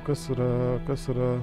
kas yra kas yra